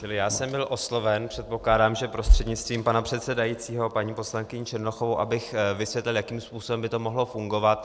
Čili já jsem byl osloven, předpokládám, že prostřednictvím pana předsedajícího, paní poslankyní Černochovou, abych vysvětlil, jakým způsobem by to mohlo fungovat.